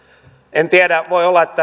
en tiedä voi olla että